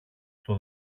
στο